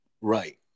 right